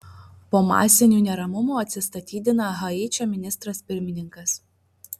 po masinių neramumų atsistatydina haičio ministras pirmininkas